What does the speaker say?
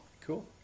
Cool